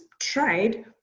tried